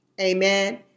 Amen